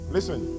Listen